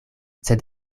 sed